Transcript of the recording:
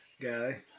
guy